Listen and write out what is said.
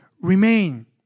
remain